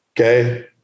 okay